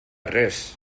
res